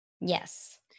Yes